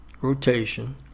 rotation